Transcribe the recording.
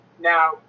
Now